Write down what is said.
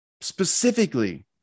Specifically